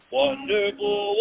wonderful